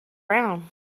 brown